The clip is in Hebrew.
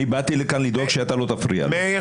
אני באתי לכאן לדאוג שאתה לא תפריע לו,